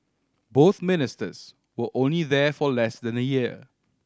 both Ministers were only there for less than a year